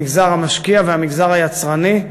המגזר המשקיע והמגזר היצרני,